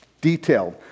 detailed